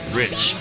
rich